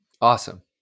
Awesome